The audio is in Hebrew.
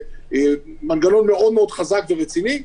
מנגנון מאוד חזק ורציני.